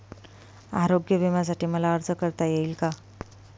आरोग्य विम्यासाठी मला अर्ज करता येईल का?